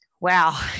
Wow